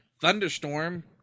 thunderstorm